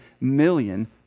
million